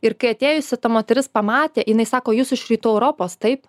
ir kai atėjusi ta moteris pamatė jinai sako jūs iš rytų europos taip